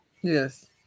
Yes